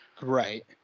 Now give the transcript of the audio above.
Right